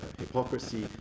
hypocrisy